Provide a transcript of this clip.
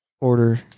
Order